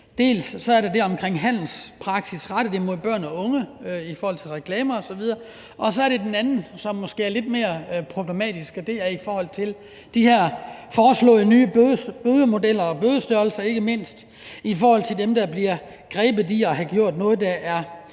Der er det om handelspraksis rettet imod børn og unge i forhold til reklamer osv., og så er der det andet, som måske er lidt mere problematisk. Det er i forhold til de her foreslåede nye bødemodeller og ikke mindst bødestørrelser i forhold til den takst, som der er i dag, for dem, der bliver grebet i at have gjort noget, der er